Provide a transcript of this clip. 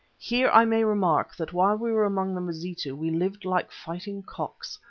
here i may remark that while we were among the mazitu we lived like fighting cocks.